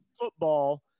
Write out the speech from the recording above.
football